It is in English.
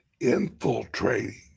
infiltrating